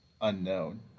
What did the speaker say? unknown